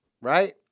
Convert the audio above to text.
right